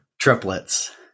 triplets